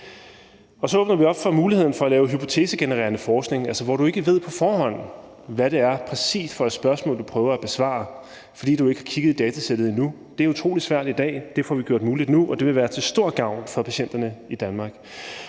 Så åbner vi også for muligheden for at lave hypotesegenererende forskning, altså hvor man ikke på forhånd ved, hvad det præcis er for et spørgsmål, man prøver at besvare, fordi man ikke har kigget i datasættet endnu. Det er utrolig svært i dag. Det får vi gjort muligt nu, og det vil være til stor gavn for patienterne i Danmark.